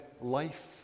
life